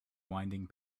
winding